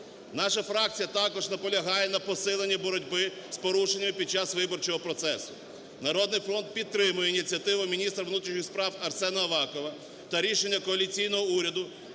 Наша фракція також наполягає на посиленні боротьби з порушеннями під час виборчого процесу. "Народний фронт" підтримує ініціативу міністра внутрішніх справ Арсена Авакова та рішення коаліційного уряду